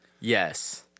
yes